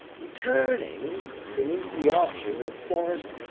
returning beneath the arches of the forest,